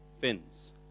Fins